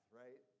right